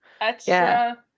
Extra